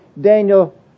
Daniel